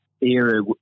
era